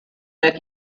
that